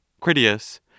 Critias